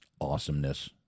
awesomeness